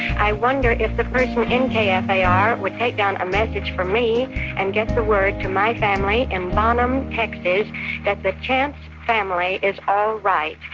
i wonder if the person in kfar yeah ah would take down a message from me and get the word to my family in bonham, texas that the chance family is all right.